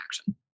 action